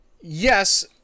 yes